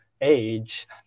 age